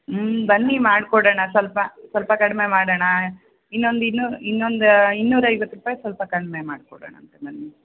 ಹ್ಞೂ ಬನ್ನಿ ಮಾಡಿಕೊಡೋಣ ಸ್ವಲ್ಪ ಸ್ವಲ್ಪ ಕಡಿಮೆ ಮಾಡೋಣ ಇನ್ನೊಂದು ಇನ್ನೂ ಇನ್ನೊಂದು ಇನ್ನೂರೈವತ್ತು ರೂಪಾಯಿ ಸ್ವಲ್ಪ ಕಡಿಮೆ ಮಾಡಿಕೊಡೋಣ ಅಂತೆ ಬನ್ನಿ